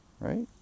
right